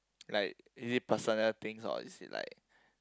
like is it personal things or is it like